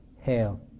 hail